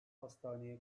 hastaneye